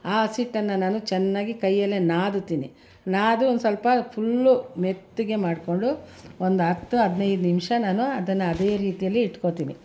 ಆ ಹಸಿಟ್ಟನ್ನ ನಾನು ಚೆನ್ನಾಗಿ ಕೈಯ್ಯಲ್ಲೇ ನಾದುತ್ತೀನಿ ನಾದಿ ಒಂದು ಸ್ವಲ್ಪ ಫುಲ್ಲು ಮೆತ್ತಗೆ ಮಾಡಿಕೊಂಡು ಒಂದು ಹತ್ತು ಹದಿನೈದು ನಿಮಿಷ ನಾನು ಅದನ್ನು ಅದೇ ರೀತಿಯಲ್ಲೇ ಇಟ್ಕೊಳ್ತೀನಿ